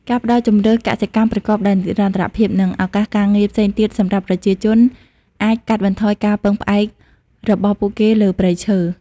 ការផ្តល់ជម្រើសកសិកម្មប្រកបដោយនិរន្តរភាព និងឱកាសការងារផ្សេងទៀតសម្រាប់ប្រជាជនអាចកាត់បន្ថយការពឹងផ្អែករបស់ពួកគេលើព្រៃឈើ។